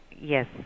Yes